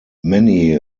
many